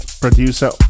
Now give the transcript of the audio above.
producer